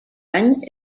any